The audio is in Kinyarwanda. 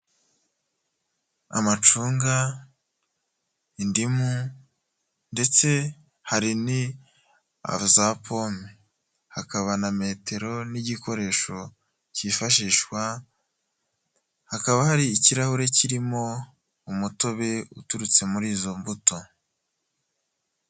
Amacunga, indimu ndetse hari na za pome, hakaba na metero n'igikoresho cyifashishwa, hakaba hari ikirahure kirimo umutobe uturutse muri izo mbuto.